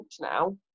now